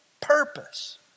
purpose